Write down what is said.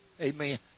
Amen